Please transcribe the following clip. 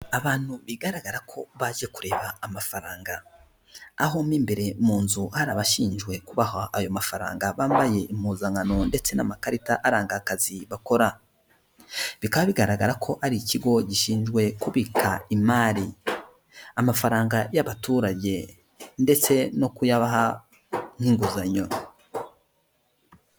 Abantu bigaragara ko baje kureba amafaranga, aho mo imbere mu nzu hari abashinzwe kubaha ayo mafaranga bambaye impuzankano ndetse n'amakarita aranga akazi bakora. Bikaba bigaragara ko ari ikigo gishinzwe kubika imari, amafaranga y'abaturage ndetse no kuyabaha nk'inguzanyo.